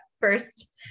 first